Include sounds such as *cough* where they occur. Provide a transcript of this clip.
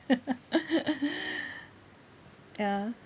*laughs* ya